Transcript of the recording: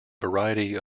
variety